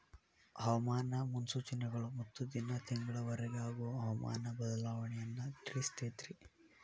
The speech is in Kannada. ಹವಾಮಾನ ಮುನ್ಸೂಚನೆಗಳು ಹತ್ತು ದಿನಾ ತಿಂಗಳ ವರಿಗೆ ಆಗುವ ಹವಾಮಾನ ಬದಲಾವಣೆಯನ್ನಾ ತಿಳ್ಸಿತೈತಿ